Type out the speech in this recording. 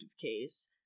case